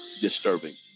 disturbing